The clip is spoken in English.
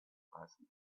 crossing